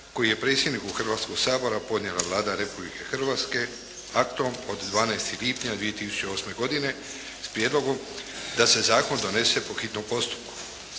koji je predsjedniku Hrvatskoga sabora podnijela Vlada Republike Hrvatske aktom od 12. lipnja 2008. godine, s prijedlogom da se zakon donese po hitnom postupku.